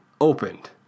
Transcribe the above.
opened